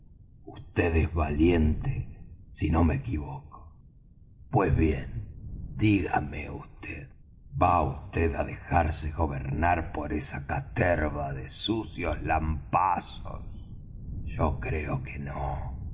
es valiente si no me equivoco pues bien dígame vd va vd á dejarse gobernar por esa caterva de sucios lampazos yo creo que no